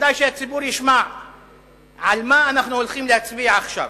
וכדאי שהציבור ישמע על מה אנחנו הולכים להצביע עכשיו: